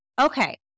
Okay